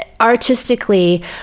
artistically